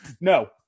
No